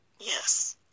yes